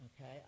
Okay